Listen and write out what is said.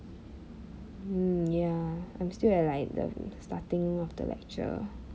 mm ya I'm still at like the starting of the lecture